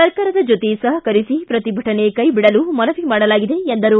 ಸರ್ಕಾರದ ಜೊತೆ ಸಹಕರಿಸಿ ಪ್ರತಿಭಟನೆ ಕೈಬಿಡಲು ಮನವಿ ಮಾಡಲಾಗಿದೆ ಎಂದರು